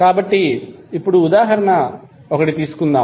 కాబట్టి ఇప్పుడు 1 ఉదాహరణ తీసుకుందాం